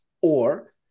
Or-